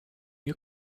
you